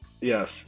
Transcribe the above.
Yes